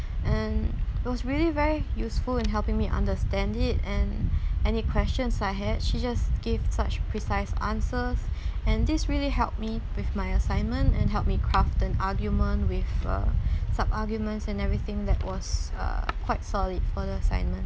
and it was really very useful in helping me understand it and any questions I had she just gave such precise answers and this really helped me with my assignment and helped me craft an argument with uh sub arguments and everything that was uh quite solid for the assignment